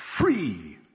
free